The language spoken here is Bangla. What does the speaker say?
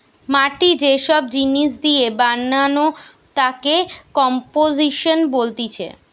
মাটি যে সব জিনিস দিয়ে বানানো তাকে কম্পোজিশন বলতিছে